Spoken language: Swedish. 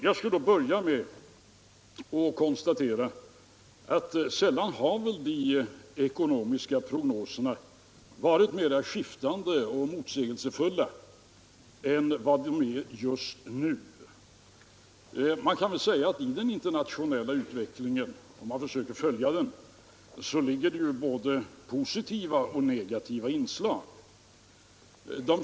Jag börjar med att konstatera att sällan har väl de ekonomiska prognoserna varit mera skiftande och motsägelsefulla än just nu. Om man försöker följa den internationella utvecklingen finner man att det ligger både positiva och negativa inslag i den.